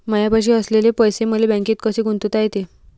मायापाशी असलेले पैसे मले बँकेत कसे गुंतोता येते?